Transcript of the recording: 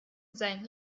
seinen